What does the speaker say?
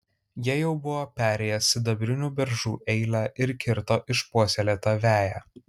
jie jau buvo perėję sidabrinių beržų eilę ir kirto išpuoselėtą veją